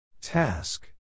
Task